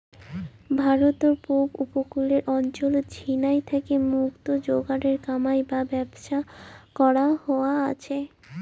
ভারতত পুব উপকূলের অঞ্চলত ঝিনাই থাকি মুক্তা যোগারের কামাই বা ব্যবসা করা হয়া আচে